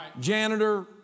janitor